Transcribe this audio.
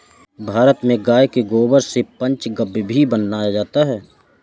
भारत में गाय के गोबर से पंचगव्य भी बनाया जाता है